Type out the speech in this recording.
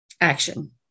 Action